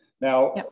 Now